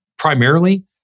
primarily